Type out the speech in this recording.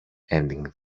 ending